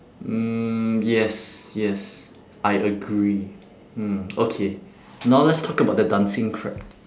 mm yes yes I agree mm okay now let's talk about the dancing crab